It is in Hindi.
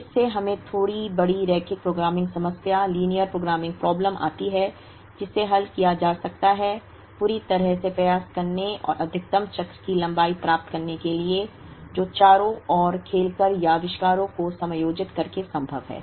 इससे हमें थोड़ी बड़ी रैखिक प्रोग्रामिंग समस्या लीनियर प्रोग्रामिंग प्रॉब्लम आती है जिसे हल किया जा सकता है पूरी तरह से प्रयास करने और अधिकतम चक्र की लंबाई प्राप्त करने के लिए जो चारों ओर खेलकर या आविष्कारों को समायोजित करके संभव है